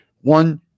one